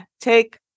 take